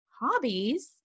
hobbies